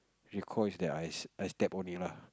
recall is that I I step on it only lah